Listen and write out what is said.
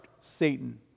Satan